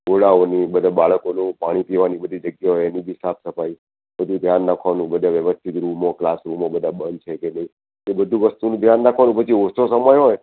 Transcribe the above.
ઓરડાઓની બધા બાળકોનું પાણી પીવાની બધી જગ્યાઓ એની બી સાફ સફાઈ બધું ધ્યાન રાખવાનું બધા વ્યવસ્થિત રૂમો કલાસરૂમો બધા બંધ છે કે નહીં એ બધું વસ્તુનું ધ્યાન રાખવાનું પછી ઓછો સમય હોય